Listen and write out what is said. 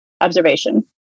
observation